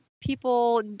people